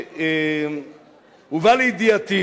הובא לידיעתי